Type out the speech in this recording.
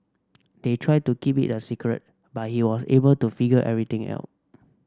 they tried to keep it a secret but he was able to figure everything ell